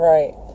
Right